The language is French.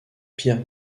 pierre